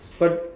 but